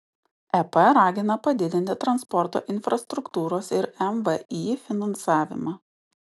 ep ragina padidinti transporto infrastruktūros ir mvį finansavimą